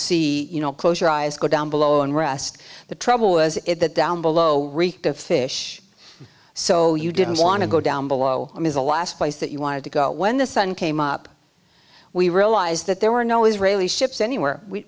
see you know close your eyes go down below and rest the trouble was that down below reeked of fish so you didn't want to go down below i mean the last place that you wanted to go when the sun came up we realized that there were no israeli ships anywhere we